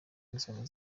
inzego